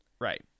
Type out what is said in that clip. Right